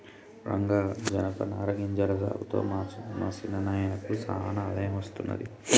రంగా జనపనార గింజల సాగుతో మా సిన్న నాయినకు సానా ఆదాయం అస్తున్నది